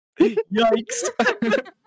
Yikes